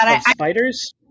spiders